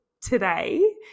today